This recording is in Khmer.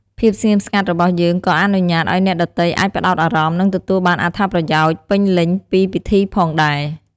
ភាពស្ងៀមស្ងាត់របស់យើងក៏អនុញ្ញាតឲ្យអ្នកដទៃអាចផ្តោតអារម្មណ៍ និងទទួលបានអត្ថប្រយោជន៍ពេញលេញពីពិធីផងដែរ។